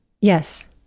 Yes